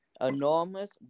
Enormous